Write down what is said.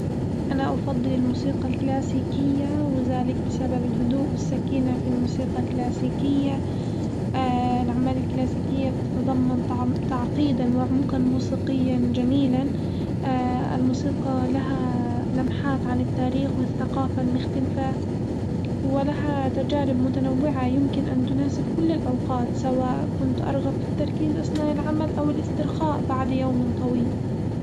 أنا أفضل الموسيقى الكلاسيكية وذلك بسبب الهدوء والسكينة في الموسيقى الكلاسيكية، الأعمال الكلاسيكية بتتضمن تعم- تعقيدًا وعمقًا موسيقيًا جميلًا، الموسيقى لها لمحات عن التاريخ والثقافة المختلفة ولها تجارب متنوعة يمكن أن تناسب كل الأوقات سواء كنت أرغب في التركيز أثناء العمل أو الاسترخاء بعد يوم طويل.